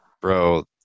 bro